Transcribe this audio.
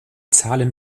zahlen